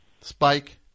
Spike